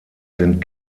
sind